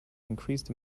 increased